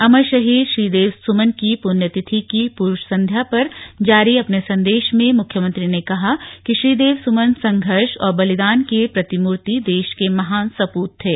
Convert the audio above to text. अमर शहीद श्रीदेव सुमन की पुण्य तिथि की पूर्व संध्या पर जारी अपने संदेश में मुख्यमंत्री ने कहा कि श्रीदेव सुमन संघर्ष और बलिदान के प्रतिमूर्ति देश के महान सप्रत थे